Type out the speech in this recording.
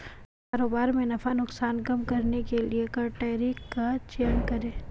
व्यापार में नफा नुकसान कम करने के लिए कर टैरिफ का चयन करे